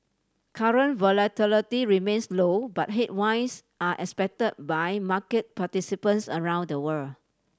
current volatility remains low but headwinds are expect by market participants around the world